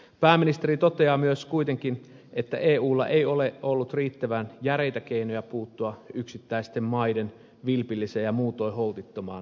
pääministeri toteaa myös kuitenkin että eulla ei ole ollut riittävän järeitä keinoja puuttua yksittäisten maiden vilpilliseen ja muutoin holtittomaan talouspolitiikkaan